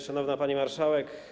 Szanowna Pani Marszałek!